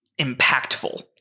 Impactful